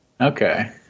okay